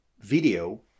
video